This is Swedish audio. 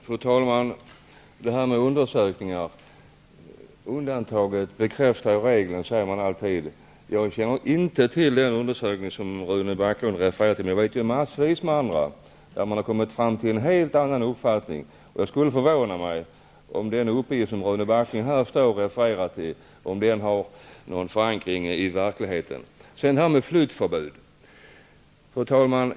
Fru talman! I fråga om undersökningar kan man säga att undantaget bekräftar regeln. Jag känner inte till den undersökning som Rune Backlund refererar, men jag har läst massvis med andra där man kommit fram till en helt annan uppfattning. Det skulle förvåna mig om den uppgift Rune Backlund här refererar till har förankring i verkligheten. Så detta om flyttförbud.